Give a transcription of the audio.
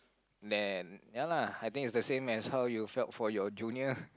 then ya lah I think it's the same as how you felt for your junior